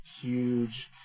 huge